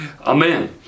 amen